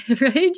right